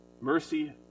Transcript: Mercy